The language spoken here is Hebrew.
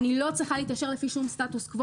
אני לא צריכה להתיישר לפי שום סטטוס-קוו.